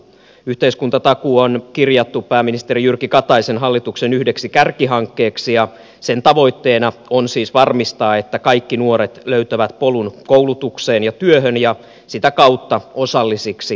yhteiskuntatakuu on kirjattu pääministeri jyrki kataisen hallituksen yhdeksi kärkihankkeeksi ja sen tavoitteena on siis varmistaa että kaikki nuoret löytävät polun koulutukseen ja työhön ja sitä kautta osallisiksi yhteiskuntaan